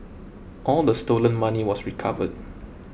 all the stolen money was recovered